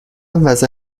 وضع